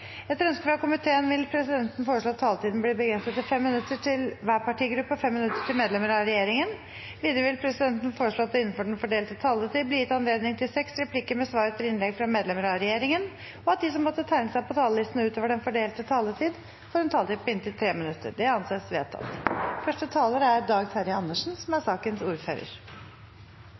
Etter ønske fra kontroll- og konstitusjonskomiteen vil presidenten foreslå at taletiden blir begrenset til 5 minutter til hver partigruppe og 5 minutter til medlemmer av regjeringen. Videre vil presidenten foreslå at det – innenfor den fordelte taletid – blir gitt anledning til inntil seks replikker med svar etter innlegg fra medlemmer av regjeringen, og at de som måtte tegne seg på talerlisten utover den fordelte taletid, får en taletid på inntil 3 minutter. – Det anses vedtatt. Det er